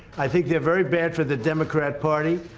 i think they're very bad for the democrat party.